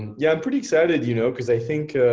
yeah, i'm pretty excited, you know cause i think,